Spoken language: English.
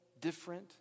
different